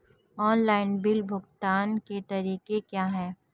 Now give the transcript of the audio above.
Online bill भुगतान के तरीके क्या हैं?